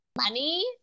money